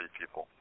people